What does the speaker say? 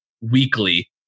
weekly